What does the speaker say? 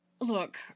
Look